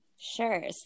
Sure